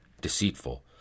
deceitful